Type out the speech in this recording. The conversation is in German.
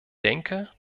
denke